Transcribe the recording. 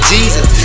Jesus